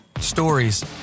Stories